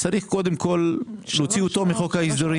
צריך קודם כל להוציא את החוק הזה מחוק ההסדרים.